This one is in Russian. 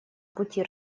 пути